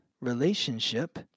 relationship